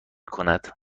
کند